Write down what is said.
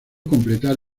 completar